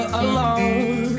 alone